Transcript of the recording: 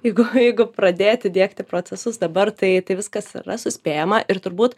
jeigu jeigu pradėti diegti procesus dabar tai tai viskas yra suspėjama ir turbūt